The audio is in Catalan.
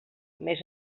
més